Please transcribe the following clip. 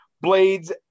Blades